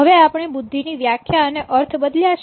હવે આપણે બુદ્ધિ ની વ્યાખ્યા અને અર્થ બદલ્યા છે